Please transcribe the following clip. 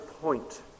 point